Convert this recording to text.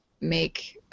make